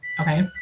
okay